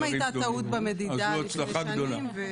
גם הייתה טעות במדידה לפני שנים,